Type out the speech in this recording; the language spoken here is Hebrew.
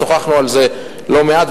שוחחנו על זה לא מעט,